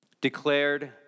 declared